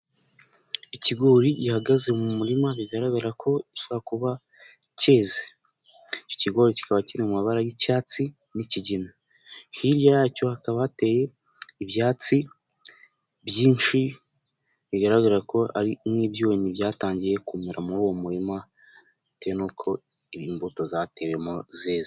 Ikigori gihagaze mu murima bigaragara ko gishobora kuba keze. Ikigori kikaba kiri mu mabara y'icyatsi n'ikigina, hirya yacyo hakaba hateye ibyatsi byinshi bigaragara ko ari nk'ibyonnyi byatangiye kumera muri uwo murima bitewe n'uko imbuto zatewemo zeze.